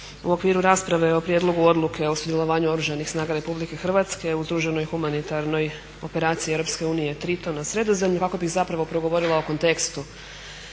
u okviru rasprave o prijedlogu odluke o sudjelovanju Oružanih snaga RH u združenoj humanitarnoj operaciji EU "TRITON" na Sredozemlju. Ovako bi zapravo progovorila o kontekstu